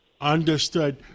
Understood